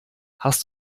hast